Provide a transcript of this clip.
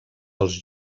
els